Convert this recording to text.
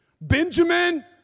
Benjamin